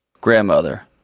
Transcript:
grandmother